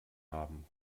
haben